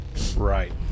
Right